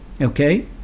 Okay